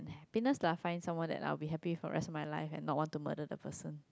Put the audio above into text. and happiness lah find someone that I'll be happy for rest of my life and not want to murder the person